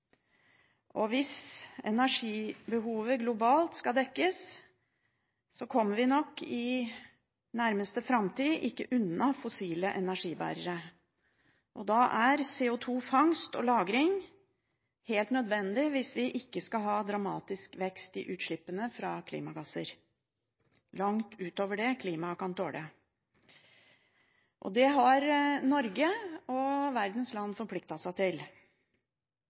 utslipp. Hvis energibehovet globalt skal dekkes, kommer vi nok i nærmeste framtid ikke unna fossile energibærere. Da er CO2-fangst og -lagring helt nødvendig, hvis vi ikke skal ha dramatisk vekst i utslippene fra klimagasser langt utover det klimaet kan tåle. Det har Norge og verdens land forpliktet seg til.